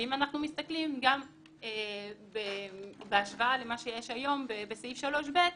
ואם אנחנו מסתכלים גם בהשוואה על מה שיש היום בסעיף 3ב,